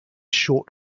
short